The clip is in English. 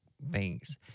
banks